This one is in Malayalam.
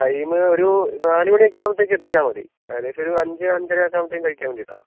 ടൈമ് ഒരു നാല് മണിയൊക്കെ ആകുമ്പോഴ്ത്തേക്കും എത്തിച്ചാൽ മതി ഏകദേശമൊരു അഞ്ച് അഞ്ചരയൊക്കെ ആകുമ്പോഴ്ത്തേക്കും കഴിക്കാൻ വേണ്ടിയിട്ടാണ് ആ